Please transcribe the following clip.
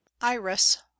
Iris